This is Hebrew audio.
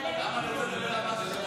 למה לא,